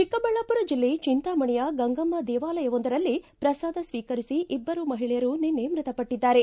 ಚಿಕ್ಕಬಳ್ಳಾಪುರ ಜಿಲ್ಲೆ ಚಿಂತಾಮಣಿಯ ಗಂಗಮ್ಮ ದೇವಾಲಯವೊಂದರಲ್ಲಿ ಪ್ರಸಾದ ಸ್ವೀಕರಿಸಿ ಇಬ್ಬರು ಮಹಿಳೆಯರು ನಿನ್ನೆ ಮೃತಪಟ್ಟಿದ್ದಾರೆ